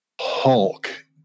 Hulk